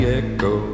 echo